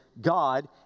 God